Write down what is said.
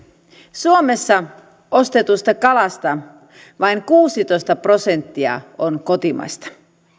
suomessa ostetusta kalasta vain kuusitoista prosenttia on kotimaista